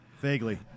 Vaguely